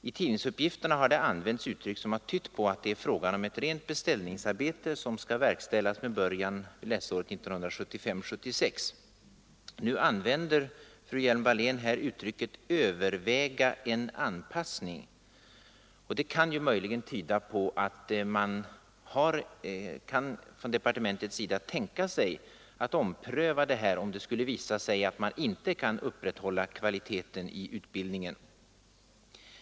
I tidningsuppgifterna har det använts uttryck som har tytt på att det är fråga om ett rent beställningsarbete, som skall verkställas med början läsåret 1975/76. Fru Hjelm-Wallén använde här uttrycket ”överväga en anpassning”. Det kan möjligen tyda på att man från departementets sida kan tänka sig att ompröva beslutet, om det skulle visa sig att man inte kan upprätthålla kvaliteten i utbildningen.